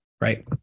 right